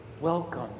Welcome